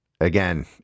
again